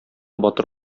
батыр